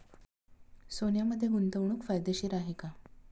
सोन्यामध्ये गुंतवणूक फायदेशीर आहे का?